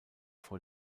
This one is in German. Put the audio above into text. vor